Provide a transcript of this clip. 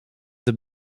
the